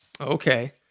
Okay